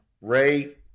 Ray